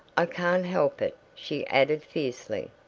i can't help it, she added fiercely.